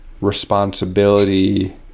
responsibility